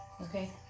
Okay